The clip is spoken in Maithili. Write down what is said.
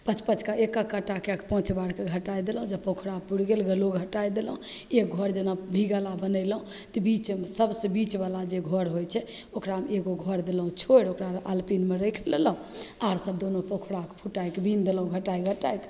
पाँच पाँचके एक एक काँटा कै के पाँच बेरके घटै देलहुँ जब पँखुड़ा पुरि गेल बलु ओ हटै देलहुँ एक घर जेना भी गला बनेलहुँ तऽ बीच सबसे बीचवला जे घर होइ छै ओकरामे एगो घर देलहुँ छोड़ि ओकरामे आलपिनमे राखि लेलहुँ आओरसब दुनू पँखुड़ाके फुटैके बिनि देलहुँ घटै घटैके